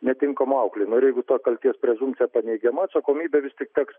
netinkamo auklėjimo ir jeigu ta kaltės prezumpcija paneigiama atsakomybė vis tik teks